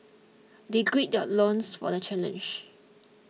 they gird their loins for the challenge